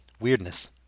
weirdness